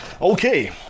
Okay